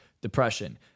depression